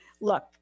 Look